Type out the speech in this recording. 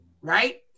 right